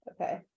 Okay